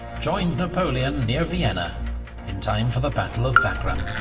joined napoleon near vienna in time for the battle of wagram.